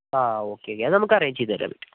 ആ okay okay അത് നമുക്ക് അറേഞ്ച് ചെയ്തുതരാൻ പറ്റും